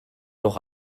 doch